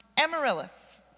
Amaryllis